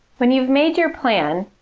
when you've made your plan,